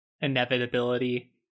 inevitability